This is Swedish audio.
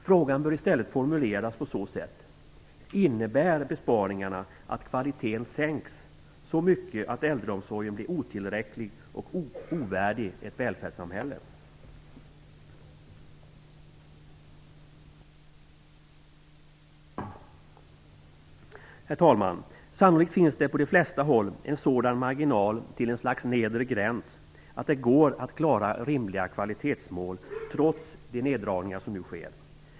Frågan bör i stället formuleras så här: Innebär besparingarna att kvaliteten sänks så mycket att äldreomsorgen blir otillräcklig och ovärdig ett välfärdssamhälle? Herr talman! Sannolikt finns det på de flesta håll en sådan marginal till ett slags nedre gräns att det går att klara rimliga kvalitetsmål trots de neddragningar som nu sker.